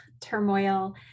turmoil